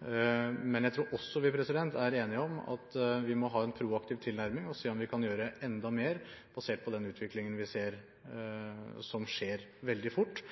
Men jeg tror også vi er enige om at vi må ha en proaktiv tilnærming og se om vi kan gjøre enda mer, basert på den utviklingen vi ser, som skjer veldig fort.